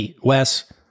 Wes